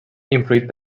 influït